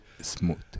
Smooth